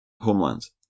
homelands